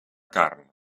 carn